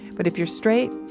but if you're straight,